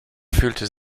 fühlte